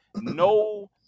no